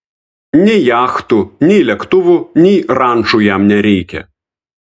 nei jachtų nei lėktuvų nei rančų jam nereikia